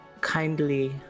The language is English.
kindly